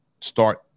start